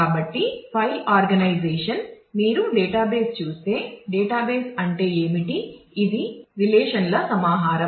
కాబట్టి ఫైల్ ఆర్గనైజషన్ల సమాహారం